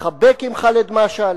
התחבק עם ח'אלד משעל,